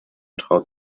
traut